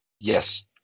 Yes